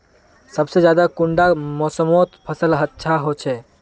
सबसे ज्यादा कुंडा मोसमोत फसल अच्छा होचे?